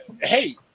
hey